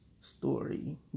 story